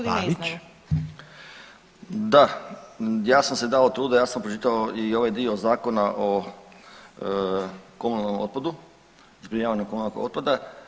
Da, ja sam si dao truda, ja sam pročitao i ovaj dio zakona o komunalnom otpadu, zbrinjavanju komunalnog otpada.